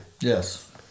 yes